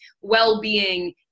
well-being